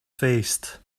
faced